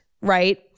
right